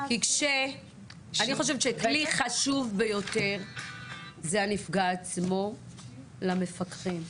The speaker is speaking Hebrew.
כלי חשוב ביותר הוא הנפגע עצמו למפקחים.